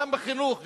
גם בחינוך,